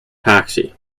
taxi